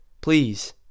Please